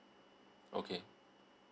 okay